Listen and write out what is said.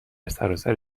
سراسر